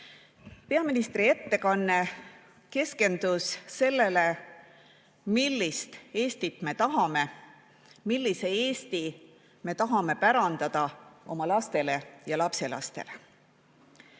Peaministri ettekanne keskendus sellele, millist Eestit me tahame, millise Eesti me tahame pärandada oma lastele ja lapselastele.